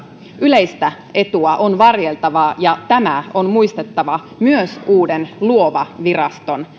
yleistä etua on varjeltava ja tämä on muistettava myös uuden luova viraston